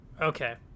Okay